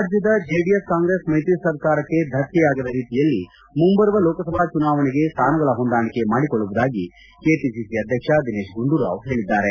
ರಾಜ್ಯದ ಜೆಡಿಎಸ್ ಕಾಂಗ್ರೆಸ್ ಮೈತ್ರಿ ಸರ್ಕಾರಕ್ಕೆ ಧಕ್ಕೆಯಾಗದ ರೀತಿಯಲ್ಲಿ ಮುಂಬರುವ ಲೋಕಸಭಾ ಚುನಾವಣೆಗೆ ಸ್ಥಾನಗಳ ಹೊಂದಾಣಿಕೆ ಮಾಡಿಕೊಳ್ಳುವುದಾಗಿ ಕೆಪಿಸಿಸಿ ಅಧ್ಯಕ್ಷ ದಿನೇಶ್ ಗುಂಡೂರಾವ್ ಹೇಳಿದ್ದಾರೆ